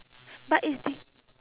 but is the